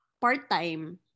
part-time